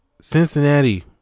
Cincinnati